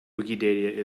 wikidata